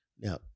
Now